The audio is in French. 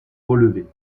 relevée